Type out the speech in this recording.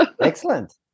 excellent